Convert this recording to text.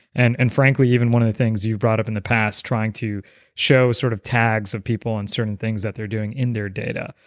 and and frankly, even one of the things you've brought up in the past trying to show sort of tags of people and certain things that they're doing in their data.